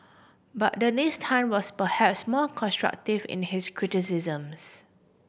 but Dennis Tan was perhaps more constructive in his criticisms